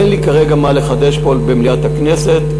אין לי כרגע מה לחדש פה במליאת הכנסת.